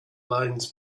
lines